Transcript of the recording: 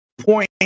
point